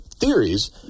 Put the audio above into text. theories